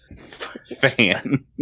fan